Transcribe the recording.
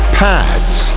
pads